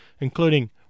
including